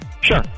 sure